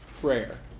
prayer